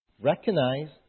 recognize